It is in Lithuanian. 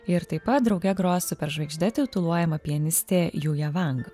ir taip pat drauge gros superžvaigžde tituluojama pianistė juja vang